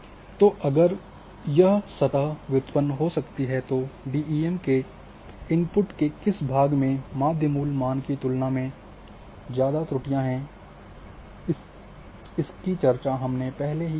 तो अगर यह सतह व्युत्पन्न हो सकती है तो डीईएम के इनपुट के किस भाग में माध्य मूल मान की तुलना में ज़्यादा त्रुटियां हैं इसकी चर्चा हमने पहले की है